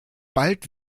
bald